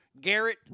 Garrett